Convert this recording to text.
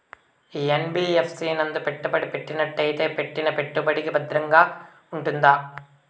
NBFC నందు పెట్టుబడి పెట్టినట్టయితే పెట్టిన పెట్టుబడికి భద్రంగా ఉంటుందా?